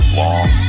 long